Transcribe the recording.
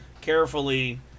carefully